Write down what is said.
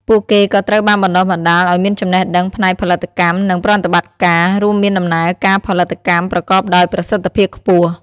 ពួកគេក៏ត្រូវបានបណ្ដុះបណ្ដាលឱ្យមានចំណេះដឹងផ្នែកផលិតកម្ម និងប្រតិបត្តិការ រួមមានដំណើរការផលិតកម្មប្រកបដោយប្រសិទ្ធភាពខ្ពស់។